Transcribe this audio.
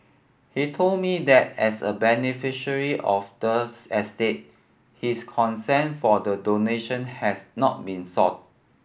he told me that as a beneficiary of the estate his consent for the donation had not been sought